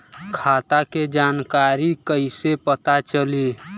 खाता के जानकारी कइसे पता चली?